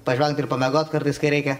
pažvengt ir pamiegot kartais kai reikia